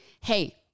hey